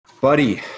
Buddy